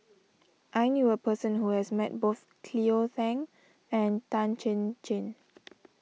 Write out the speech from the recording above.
I knew a person who has met both Cleo Thang and Tan Chin Chin